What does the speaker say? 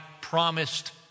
promised